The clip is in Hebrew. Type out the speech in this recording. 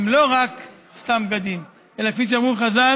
הם לא רק סתם בגדים אלא כפי שאמרו חז"ל: